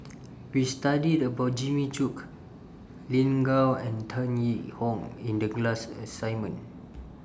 We studied about Jimmy Chok Lin Gao and Tan Yee Hong in The class assignment